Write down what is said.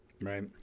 Right